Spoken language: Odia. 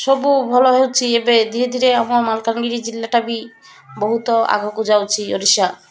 ସବୁ ଭଲ ହେଉଛିି ଏବେ ଧୀରେ ଧୀରେ ଆମ ମାଲକାନଗିରି ଜିଲ୍ଲାଟା ବି ବହୁତ ଆଗକୁ ଯାଉଛିି ଓଡ଼ିଶା